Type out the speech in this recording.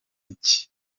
iki